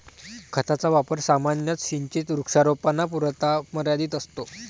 खताचा वापर सामान्यतः सिंचित वृक्षारोपणापुरता मर्यादित असतो